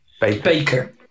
Baker